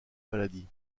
maladie